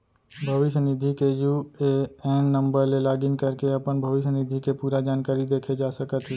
भविस्य निधि के यू.ए.एन नंबर ले लॉगिन करके अपन भविस्य निधि के पूरा जानकारी देखे जा सकत हे